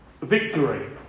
victory